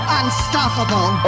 unstoppable